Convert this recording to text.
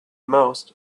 most